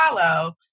follow